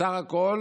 בסך הכול